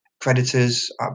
creditors